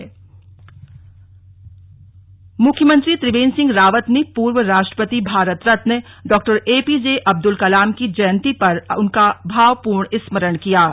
श्रद्वांजलि मुख्यमंत्री त्रिवेन्द्र सिंह रावत ने पूर्व राष्ट्रपति भारत रत्न डॉएपीजेअब्दुल कलाम की जयंती पर उनका भाव पूर्ण स्मरण किया है